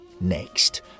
Next